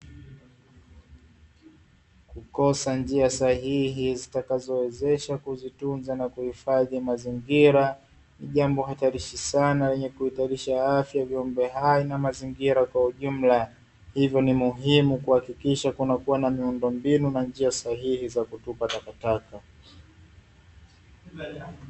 Kukosa njia sahihi zitakazowezesha kuzitunza na kuhifadhi mazingira, jambo hatarishi sana lenye kuhatarisha afya ya viumbe hai na mazingira kwa ujumla, hivyo ni muhimu kuhakikisha kunakuwa na miundombinu na njia sahihi za kutupa takataka.